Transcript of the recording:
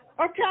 Okay